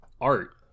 art